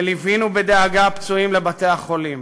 וליווינו בדאגה פצועים לבתי-החולים.